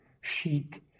chic